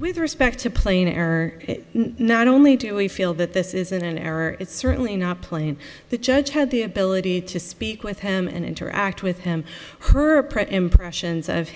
with respect to plain error not only do we feel that this is an error it's certainly not playing the judge had the ability to speak with him and interact with him her impressions of